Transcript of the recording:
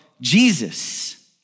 Jesus